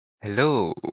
Hello